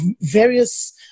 various